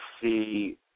see